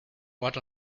what